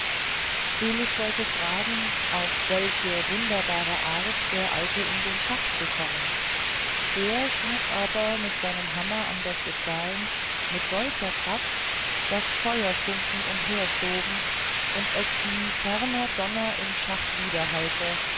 elis wollte fragen auf welche wunderbare art der alte in den schacht gekommen der schlug aber mit seinem hammer an das gestein mit solcher kraft daß feuerfunken umherstoben und es wie ferner donner im schacht